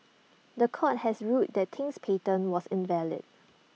The Court had ruled that Ting's patent was invalid